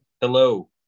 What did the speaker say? Hello